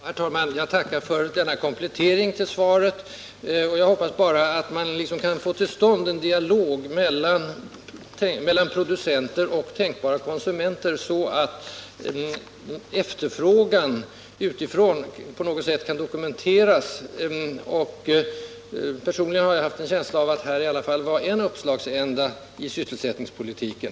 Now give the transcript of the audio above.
Herr talman! Jag tackar för denna komplettering av svaret. Jag hoppas bara att man kan få till stånd en dialog mellan producenter och tänkbara konsumenter, så att efterfrågan utifrån på något sätt kan dokumenteras. Personligen har jag haft en känsla av att det här i alla fall vore en uppslagsända i sysselsättningspolitiken.